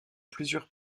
plusieurs